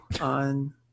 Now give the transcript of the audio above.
on